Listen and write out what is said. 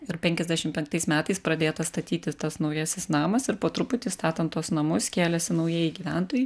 ir penkiasdešim penktais metais pradėtas statyti tas naujasis namas ir po truputį statant tuos namus kėlėsi naujieji gyventojai